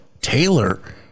Taylor